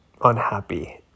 unhappy